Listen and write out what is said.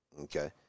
Okay